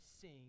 sing